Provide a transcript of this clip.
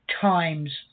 times